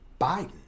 Biden